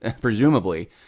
presumably